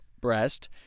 breast